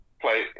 play